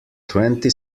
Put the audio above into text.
twenty